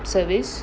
service